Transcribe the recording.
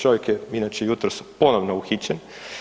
Čovjek je, inače, jutros, ponovno uhićen.